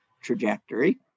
trajectory